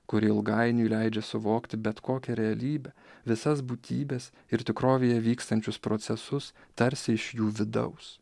kuri ilgainiui leidžia suvokti bet kokią realybę visas būtybes ir tikrovėje vykstančius procesus tarsi iš jų vidaus